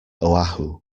oahu